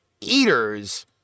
Eaters